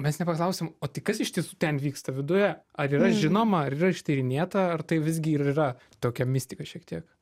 mes nepaklausėm o tai kas iš tiesų ten vyksta viduje ar yra žinoma ar yra ištyrinėta ar tai visgi ir yra tokia mistika šiek tiek